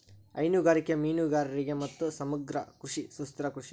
ಹೈನುಗಾರಿಕೆ, ಮೇನುಗಾರಿಗೆ ಮತ್ತು ಸಮಗ್ರ ಕೃಷಿ ಸುಸ್ಥಿರ ಕೃಷಿ